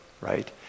right